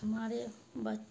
ہمارے بچ